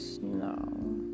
No